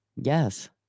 Yes